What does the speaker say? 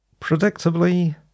Predictably